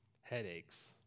headaches